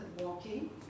walking